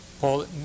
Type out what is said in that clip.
Paul